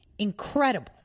Incredible